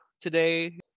today